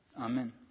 Amen